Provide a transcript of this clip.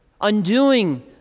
undoing